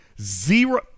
zero